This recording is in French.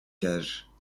cages